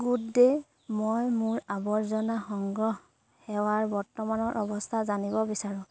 good day মই মোৰ আৱৰ্জনা সংগ্ৰহ সেৱাৰ বৰ্তমানৰ অৱস্থা জানিব বিচাৰোঁ